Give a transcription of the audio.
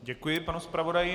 Děkuji panu zpravodaji.